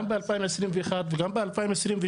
גם ב-2021 וגם ב-2022,